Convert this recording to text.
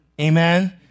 Amen